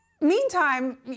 Meantime